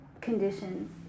conditions